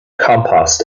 compost